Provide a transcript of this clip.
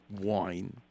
wine